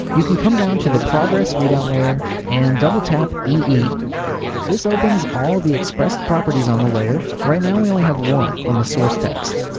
you can come down to the progress readout layer and double tap e e this opens all the expressed properties on the layer. right now we only have one on the source text.